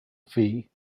fee